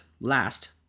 last